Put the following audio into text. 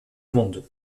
monde